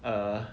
err